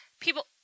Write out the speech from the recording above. people –